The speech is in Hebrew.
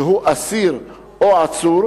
שהוא אסיר או עצור,